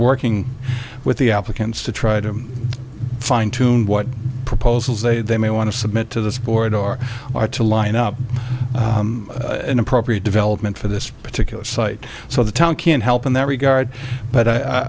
working with the applicants to try to find tune what proposals they they may want to submit to this board or are to line up an appropriate development for this particular site so the town can help in that regard but i